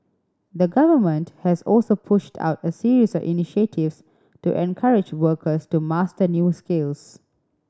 the Government has also pushed out a series of initiatives to encourage workers to master new skills